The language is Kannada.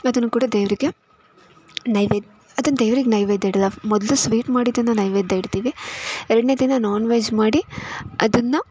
ಅದನ್ನು ಕೂಡ ದೇವರಿಗೆ ನೈವೆ ಅದನ್ನು ದೇವ್ರಿಗೆ ನೈವೇದ್ಯ ಇಡೋಲ್ಲ ಮೊದಲು ಸ್ವೀಟ್ ಮಾಡಿದ್ದನ್ನು ನೈವೇದ್ಯ ಇಡ್ತೀವಿ ಎರಡನೇ ದಿನ ನಾನ್ ವೆಜ್ ಮಾಡಿ ಅದನ್ನು